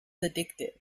addictive